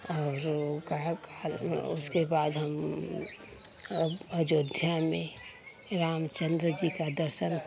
और ऊ कहा कहा हाँ उसके बाद हम अब अयोध्या में रामचन्द्र जी का दर्शन